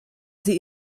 sie